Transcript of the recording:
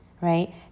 right